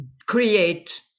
create